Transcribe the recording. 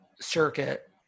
circuit